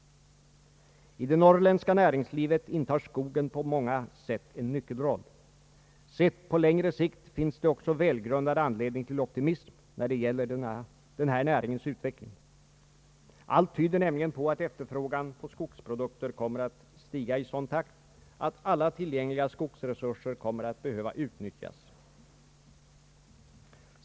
I det norrländska näringslivet intar skogen på många sätt en nyckelroll. Sett på längre sikt finns det också välgrundad anledning till optimism när det gäller denna närings utveckling. Allt tyder nämligen på att efterfrågan på skogsprodukter kommer att stiga i sådan takt ätt alla tillgängliga skogsresurser kommer att behöva utnyttjas.